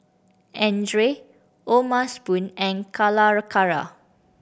Andre O'ma Spoon and Calacara